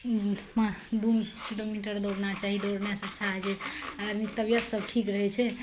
पाँ दू किलोमीटर दौड़ना चाही दौड़नेसँ अच्छा होइ छै आदमीके तबियत सब ठीक रहय छै